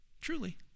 Truly